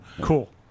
Cool